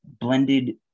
blended